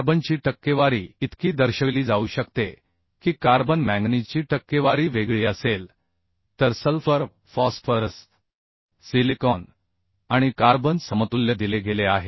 कार्बनची टक्केवारी इतकी दर्शविली जाऊ शकते की कार्बन मॅंगनीजची टक्केवारी वेगळी असेल तर सल्फर फॉस्फरस सिलिकॉन आणि कार्बन समतुल्य दिले गेले आहे